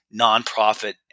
nonprofit